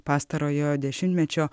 pastarojo dešimtmečio